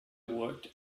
worked